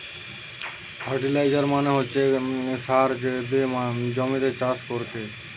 fertiliser মানে হচ্ছে যে সার গুলা দিয়ে জমিতে চাষ কোরছে